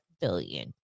billion